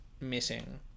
missing